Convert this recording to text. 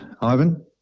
Ivan